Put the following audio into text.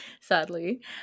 sadly